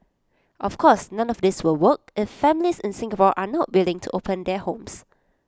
of course none of this will work if families in Singapore are not willing to open their homes